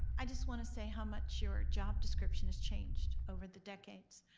i just wanna say how much your job description has changed over the decades.